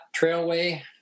Trailway